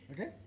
Okay